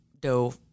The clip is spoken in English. dough